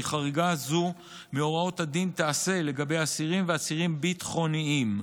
כי חריגה זו מהוראות הדין תיעשה לגבי אסירים ואסירים ביטחוניים.